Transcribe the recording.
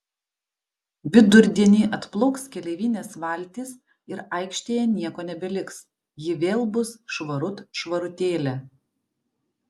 vidurdienį atplauks keleivinės valtys ir aikštėje nieko nebeliks ji vėl bus švarut švarutėlė